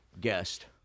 guest